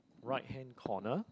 right hand corner